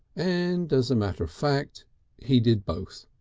and as a matter of fact he did both.